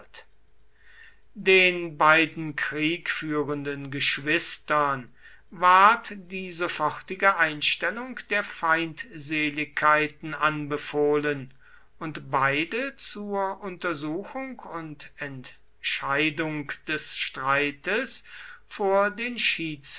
den beiden kriegführenden geschwistern ward die sofortige einstellung der feindseligkeiten anbefohlen und beide zur untersuchung und entscheidung des streites vor den